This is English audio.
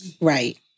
Right